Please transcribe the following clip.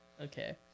okay